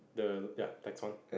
the ya that's one